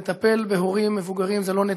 לטפל בהורים מבוגרים זה לא נטל,